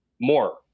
more